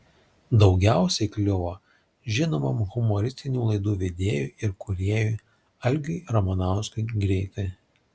daugiausiai kliuvo žinomam humoristinių laidų vedėjui ir kūrėjui algiui ramanauskui greitai